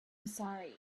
sorry